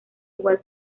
igual